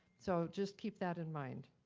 so just keep that in mind.